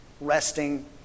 resting